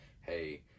hey